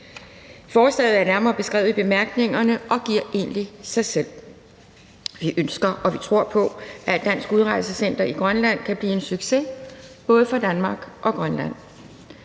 forslag er nærmere beskrevet i bemærkningerne og giver egentlig sig selv. Vi ønsker, og vi tror på, at et dansk udrejsecenter i Grønland kan blive en succes, både for Danmark og Grønland.